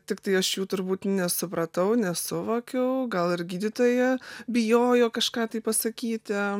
tiktai aš jų turbūt nesupratau nesuvokiau gal ir gydytoja bijojo kažką tai pasakyti